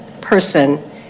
person